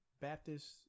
Baptist